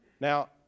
now